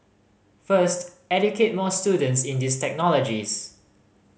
first educate more students in these technologies